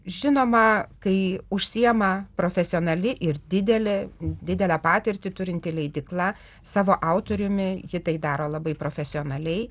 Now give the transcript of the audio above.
žinoma kai užsiima profesionali ir didelė didelę patirtį turinti leidykla savo autoriumi ji tai daro labai profesionaliai